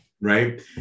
right